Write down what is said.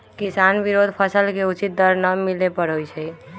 किसान विरोध फसल के उचित दर न मिले पर होई छै